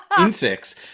insects